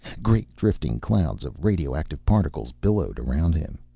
great drifting clouds of radioactive particles billowed around him.